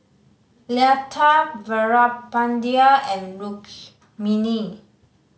Lata Veerapandiya and mini